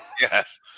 Yes